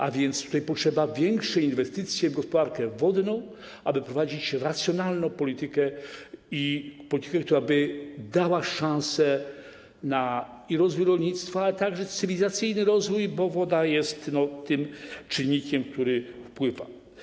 A więc tutaj potrzeba większej inwestycji w gospodarkę wodną, aby prowadzić racjonalną politykę, politykę, która by dała szansę na rozwój rolnictwa, ale także rozwój cywilizacyjny, bo woda jest tym czynnikiem, który na to wpływa.